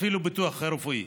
אפילו ביטוח רפואי.